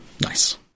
Nice